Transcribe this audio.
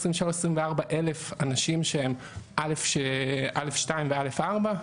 על 24,000 אנשים שהם א'2 ו-א'4,